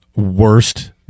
Worst